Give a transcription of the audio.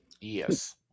Yes